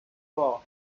war